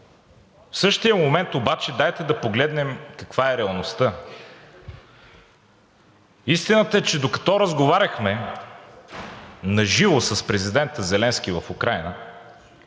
В същия момент обаче дайте да погледнем каква е реалността. Истината е, че докато разговаряхме на живо с президента Зеленски в Украйна,